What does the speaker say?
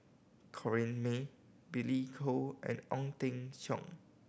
Corrinne May Billy Koh and Ong Teng Cheong